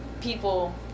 people